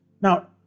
Now